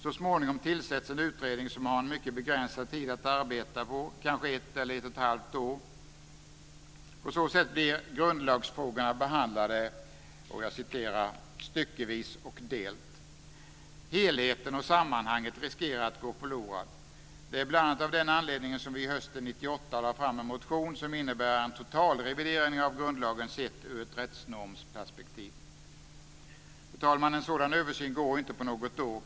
Så småningom tillsätts en utredning som har en mycket begränsad tid att arbeta på - kanske ett eller ett och ett halvt år. På så sätt blir grundlagsfrågorna behandlade "styckevis och delt". Helheten och sammanhanget riskerar att gå förlorade. Det är bl.a. av den anledningen som vi hösten 1998 lade fram en motion som innebär en totalrevidering av grundlagen sett ur ett rättsnormsperspektiv. Fru talman! En sådan översyn går inte på något år.